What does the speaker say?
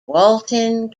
walton